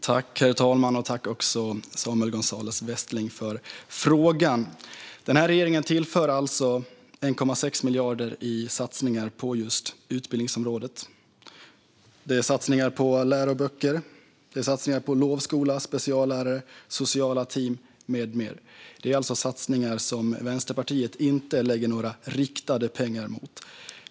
Herr talman! Tack, Samuel Gonzalez Westling, för frågan! Den här regeringen tillför alltså 1,6 miljarder i satsningar på just utbildningsområdet. Det är satsningar på läroböcker, lovskola, speciallärare, sociala team med mera. Det är sådant som Vänsterpartiet inte lägger några riktade pengar på.